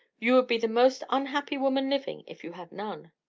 you would be the most unhappy woman living if you had none.